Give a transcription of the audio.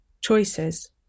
choices